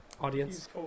audience